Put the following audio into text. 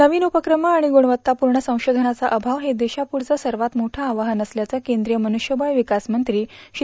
नवीन उपक्रमं आणि गुणवत्तापूर्ण संशोधनाचा अभाव हे देशपुढचं सर्वात मोठं आव्हान असत्याचं केंद्रीय मनुष्यबळ विकास मंत्री श्री